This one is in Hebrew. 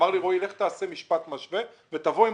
אמר לי שאלך לעשות משווה ושאבוא עם